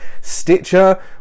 Stitcher